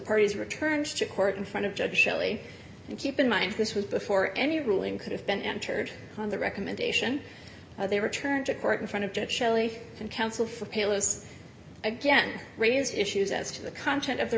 parties returns to court in front of judge shelley and keep in mind this was before any ruling could have been entered on the recommendation they returned to court in front of judge shelley and counsel for palest again raised issues as to the content of the